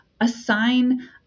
assign